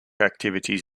activities